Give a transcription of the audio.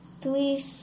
three